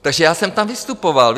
Takže já jsem tam vystupoval.